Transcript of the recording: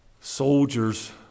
soldiers